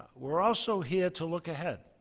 we're also here to look ahead